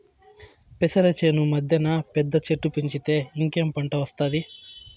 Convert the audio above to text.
పెసర చేను మద్దెన పెద్ద చెట్టు పెంచితే ఇంకేం పంట ఒస్తాది